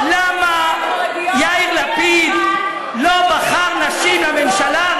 50% למה יאיר לפיד לא בחר נשים לממשלה,